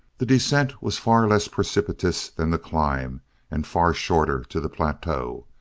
the descent was far less precipitous than the climb and far shorter to the plateau.